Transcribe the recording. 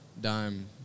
dime